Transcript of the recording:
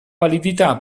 validità